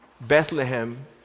Bethlehem